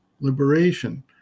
liberation